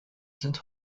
sind